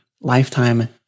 lifetime